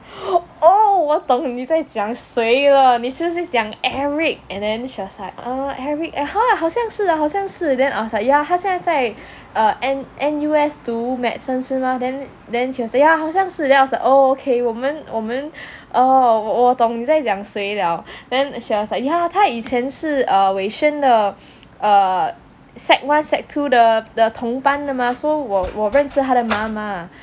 oh 我懂你在讲谁了你是不是讲 eric and she was like err eric !huh! 好像是好像是 then I was like yeah 他现在 err N~ N_U_S 读 medicine 是吗 then then she was saying ah 好像是 then I was saying oh okay 我们我们 orh 我懂你在讲谁了 then she was like yeah 他以前是 err wei xuan 的 err sec one sec two 的同班的吗 so 我认识他的妈妈